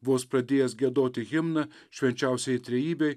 vos pradėjęs giedoti himną švčenčiausiajai trejybei